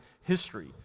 history